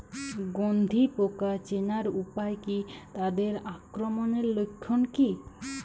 গন্ধি পোকা চেনার উপায় কী তাদের আক্রমণের লক্ষণ কী?